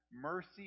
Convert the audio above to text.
Mercy